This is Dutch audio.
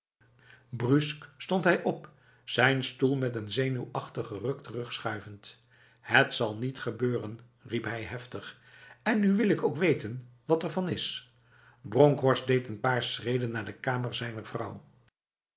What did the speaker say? brusque stond hij op zijn stoel met een zenuwachtige ruk terugschuivend het zal niet gebeuren riep hij heftig en nu wil ik ook weten wat ervan is bronkhorst deed n paar schreden naar de kamer zijner